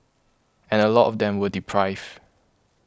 and a lot of them were deprived